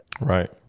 Right